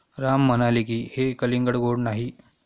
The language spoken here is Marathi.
राम म्हणाले की, हे कलिंगड गोड नाही